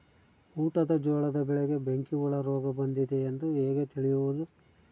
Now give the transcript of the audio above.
ಊಟದ ಜೋಳದ ಬೆಳೆಗೆ ಬೆಂಕಿ ಹುಳ ರೋಗ ಬಂದಿದೆ ಎಂದು ಹೇಗೆ ತಿಳಿಯುವುದು?